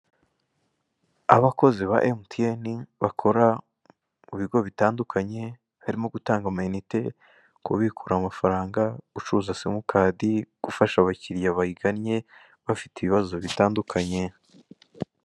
Abakozi ba emutiyeni bakora mu bigo bitandukanye harimo gutanga amayinite, kubikura amafaranga, gucuruza simukadi gufasha abakiriya bayigannye bafite ibibazo bitandukanye.